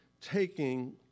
taking